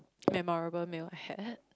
memorable meal I had